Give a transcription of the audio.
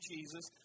Jesus